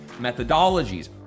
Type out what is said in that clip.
methodologies